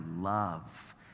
love